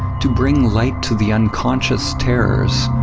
to bring light to the unconscious terrors